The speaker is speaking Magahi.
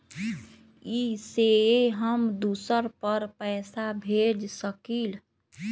इ सेऐ हम दुसर पर पैसा भेज सकील?